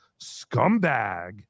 scumbag